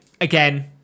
Again